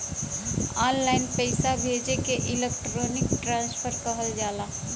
online पइसा भेजे के इलेक्ट्रानिक ट्रांसफर कहल जाला